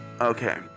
Okay